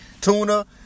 Tuna